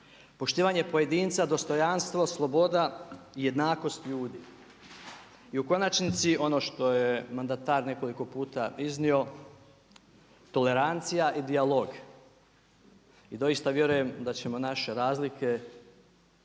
poštivanje pojedinca, dostojanstvo, sloboda i jednakost ljudi. I u konačnici ono što je mandatar nekoliko puta iznio tolerancija i dijalog. I doista vjerujem da ćemo naše razlike